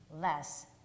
less